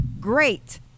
Great